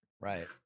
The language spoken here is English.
Right